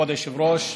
כבוד היושב-ראש,